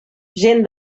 gent